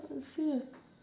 I'd say